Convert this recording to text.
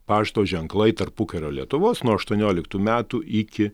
pašto ženklai tarpukario lietuvos nuo aštuonioliktų metų iki